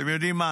אתם יודעים מה?